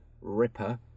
Ripper